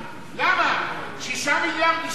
6 מיליארד אישרת בשש דקות,